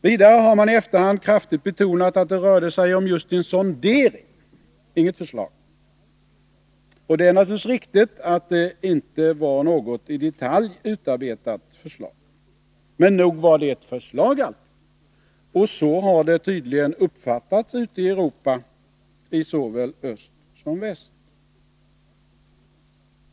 Vidare har man i efterhand kraftigt betonat att det rörde sig om just en sondering, inget förslag. Det är naturligtvis riktigt att det inte var något i detalj utarbetat förslag. Men nog var det ett förslag alltid. Och så har det tydligen uppfattats ute i Europa, i såväl öst som väst.